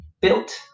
built